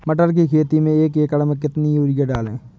मटर की खेती में एक एकड़ में कितनी यूरिया डालें?